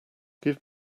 give